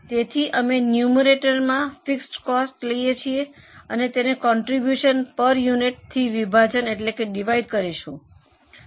તેથી અમે નુમરેટરમાં ફિક્સડ કોસ્ટ લઈએ છીએ અને તેને કોન્ટ્રીબ્યુશન પર યુનિટ થી વિભાજન એટલે ડિવાઇડ કરીશું